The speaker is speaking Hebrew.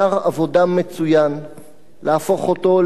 חייבת להפוך אותו לקווים מנחים לפרקליטות,